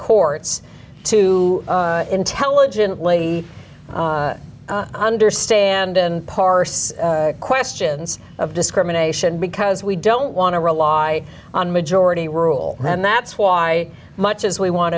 courts to intelligently understand and parse questions of discrimination because we don't want to rely on majority rule and that's why much as we want